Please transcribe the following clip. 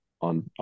on